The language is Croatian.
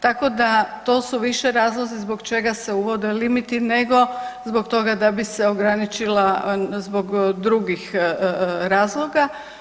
Tako da to su više razlozi zbog čega se uvodi limiti nego zbog toga da bi se ograničila zbog drugih razloga.